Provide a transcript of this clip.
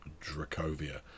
Dracovia